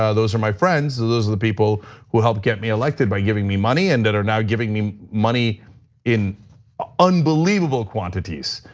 those are my friends, those are the people who helped get me elected by giving me money, and that are now giving me money in ah unbelievable quantities.